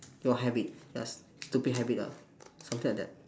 your habit your stupid habit ah something like that